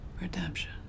Redemption